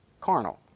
carnal